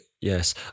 Yes